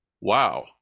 wow